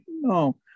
no